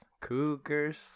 cougars